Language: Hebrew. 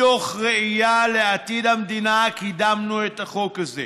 מתוך ראייה לעתיד המדינה קידמנו את החוק הזה.